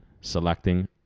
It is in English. selecting